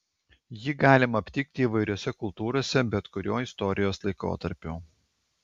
jį galima aptikti įvairiose kultūrose bet kuriuo istorijos laikotarpiu